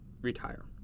retire